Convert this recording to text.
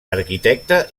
arquitecte